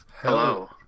Hello